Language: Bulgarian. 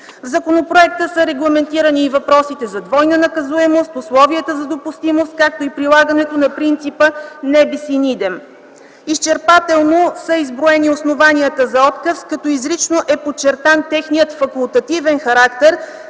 В законопроекта са регламентирани и въпросите за двойна наказуемост, условията за допустимост, както и прилагането на принципа на non bis in idem. Изчерпателно са изброени основанията за отказ, като изрично е подчертан техният факултативен характер